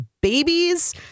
babies